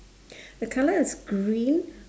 the colour is green